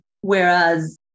Whereas